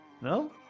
No